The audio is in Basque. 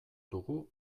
dugu